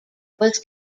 was